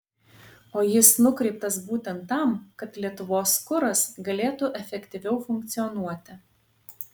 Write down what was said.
o jis nukreiptas būtent tam kad lietuvos kuras galėtų efektyviau funkcionuoti